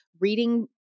reading